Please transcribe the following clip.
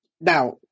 now